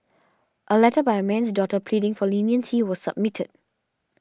a letter by a man's daughter pleading for leniency was submitted